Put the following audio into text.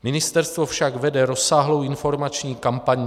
Ministerstvo však vede rozsáhlou informační kampaň.